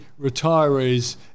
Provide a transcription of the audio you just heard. retirees